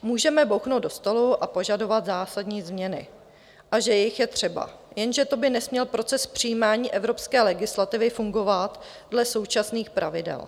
Můžeme bouchnout do stolu a požadovat zásadní změny, a že jich je třeba, jenže to by nesměl proces přijímání evropské legislativy fungovat dle současných pravidel.